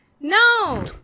No